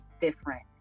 different